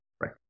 right